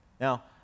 now